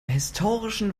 historischen